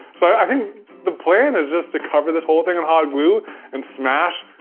so i think the plan is just to cover this whole thing in hot glue and smash